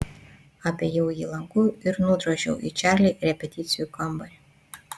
apėjau jį lanku ir nudrožiau į čarli repeticijų kambarį